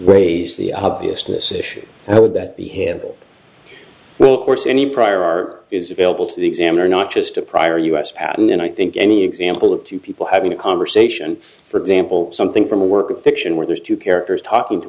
issue how would that be handled well of course any prior r is available to the examiner not just a prior u s patent and i think any example of two people having a conversation for example something from a work of fiction where those two characters talking to